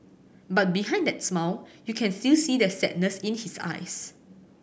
but behind that smile you can still see the sadness in his eyes